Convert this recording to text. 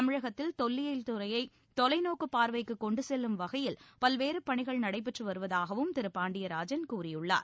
தமிழகத்தில் தொல்லியல் துறையை தொலைநோக்கு பார்வைக்கு கொண்டு செல்லும் வகையில் பல்வேறு பணிகள் நடைபெற்று வருவதாகவும் திரு பாண்டியராஜன் கூறியுள்ளார்